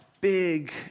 big